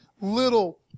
little